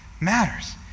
matters